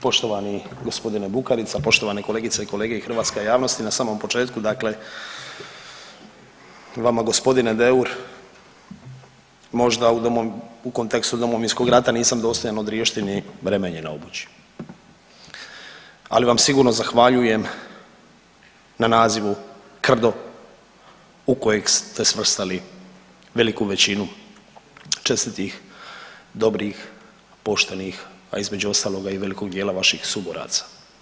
Poštovani gospodine Bukarica, poštovane kolegice i kolege i hrvatska javnosti na samom početku dakle vama gospodine Deur možda u kontekstu Domovinskom rata nisam dostojan odriješiti ni remenje na obući, ali vam sigurno zahvaljujem na nazivu krdo u kojeg ste svrstali veliku većinu čestitih, dobrih, poštenih, a između ostaloga i velikog dijela vaših suboraca.